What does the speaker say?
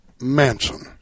Manson